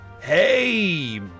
Hey